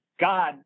God